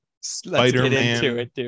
Spider-Man